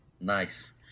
Nice